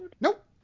Nope